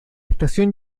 estación